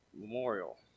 memorial